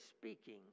speaking